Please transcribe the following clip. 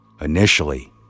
Initially